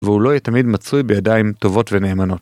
והוא לא יהיה תמיד מצוי בידיים טובות ונאמנות.